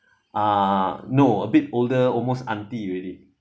uh no a bit older almost auntie already